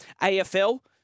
AFL